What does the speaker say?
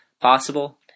possible